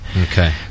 Okay